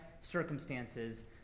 circumstances